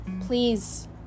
Please